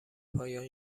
پایان